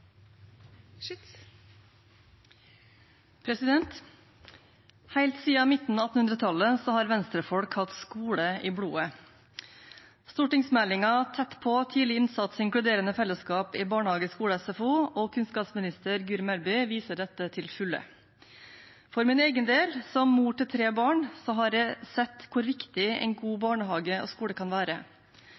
inkluderende fellesskap i barnehage, skole og SFO og kunnskapsminister Guri Melby viser dette til fulle. For min egen del, som mor til tre barn, har jeg sett hvor viktig en god barnehage og skole kan være.